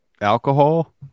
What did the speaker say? Alcohol